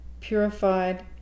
purified